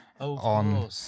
on